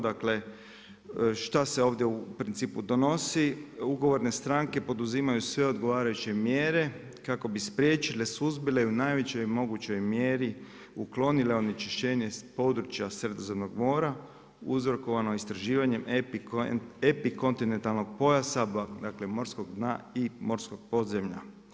Dakle, šta se ovdje u principu donosi, ugovorne stranke poduzimaju sve odgovarajuće mjere kako bi spriječile, suzbile i u najvećoj mogućoj mjeri uklonile onečišćenje s područja Sredozemnog mora, uzrokovano istraživanje epikontinentalnog pojasa, dakle, morskog dna i morskog podzemlja.